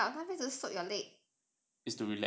it's not take a bath help you to soak your leg